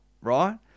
right